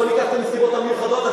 לא ניקח את הנסיבות המיוחדות.